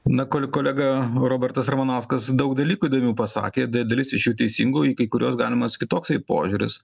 na kole kolega robertas ramanauskas daug dalykų įdomių pasakė da dalis iš jų teisingų į kai kuriuos galimas kitoksai požiūris